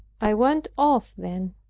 i went off then,